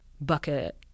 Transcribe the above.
bucket